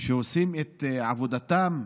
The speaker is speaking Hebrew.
שעושים את עבודתם,